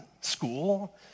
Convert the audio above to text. school